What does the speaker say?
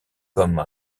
comme